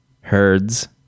herds